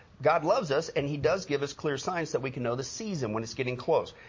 god loves us and he does give us clear signs that we can know the season when it's getting close.